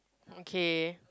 okay